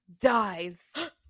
dies